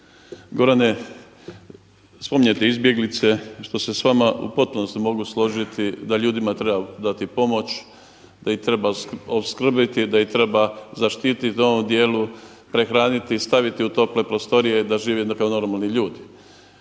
Gorane, spominjete izbjeglice što se s vama u potpunosti mogu složiti da ljudima treba dati pomoć, da ih treba opskrbiti, da ih treba zaštiti u ovom dijelu, prehraniti, staviti u tople prostorije da žive kao normalni ljudi.